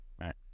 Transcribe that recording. right